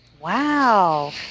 Wow